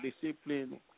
discipline